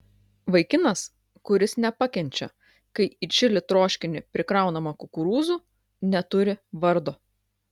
vaikinas kuris nepakenčia kai į čili troškinį prikraunama kukurūzų neturi vardo